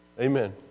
Amen